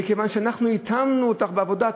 כיוון שאנחנו התאמנו אותך לעבודה,